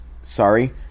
Sorry